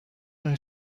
know